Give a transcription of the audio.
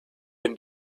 been